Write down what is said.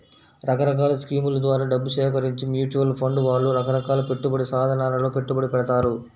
రకరకాల స్కీముల ద్వారా డబ్బు సేకరించి మ్యూచువల్ ఫండ్ వాళ్ళు రకరకాల పెట్టుబడి సాధనాలలో పెట్టుబడి పెడతారు